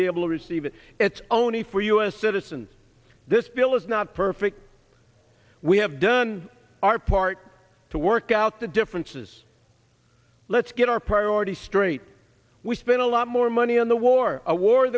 be able to receive it it's only for u s citizens this bill is not perfect we have done our part to work out the differences let's get our priorities straight we spent a lot more money on the war a war